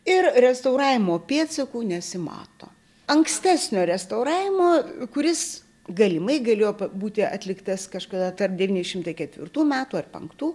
ir restauravimo pėdsakų nesimato ankstesnio restauravimo kuris galimai galėjo būti atliktas kažkada tarp devyni šimtai ketvirtų metų ar penktų